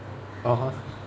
(uh huh)